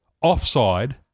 offside